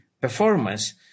performance